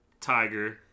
Tiger